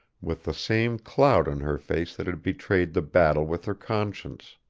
with the same cloud on her face that had betrayed the battle with her conscience.